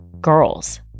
girls